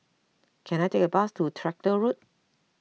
can I take a bus to Tractor Road